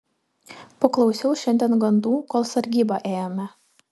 paklausiau šiandien gandų kol sargybą ėjome